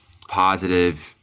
positive